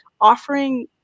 offering